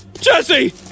Jesse